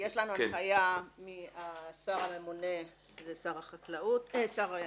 יש לנו הנחיה מהשר הממונה, זה שר האוצר.